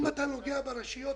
אם אתה נוגע ברשויות